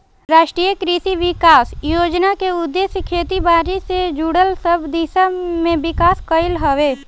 राष्ट्रीय कृषि विकास योजना के उद्देश्य खेती बारी से जुड़ल सब दिशा में विकास कईल हवे